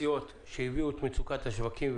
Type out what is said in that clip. אבל להשאיר אותם במצב של סגירה - זה פשוט להגביר את המצוקה.